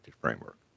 framework